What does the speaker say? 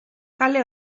kale